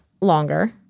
longer